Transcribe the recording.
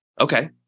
Okay